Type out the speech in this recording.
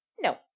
No